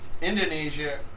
Indonesia